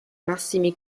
massimi